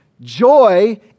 Joy